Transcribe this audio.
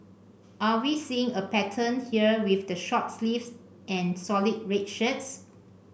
are we seeing a pattern here with the short sleeves and solid red shirts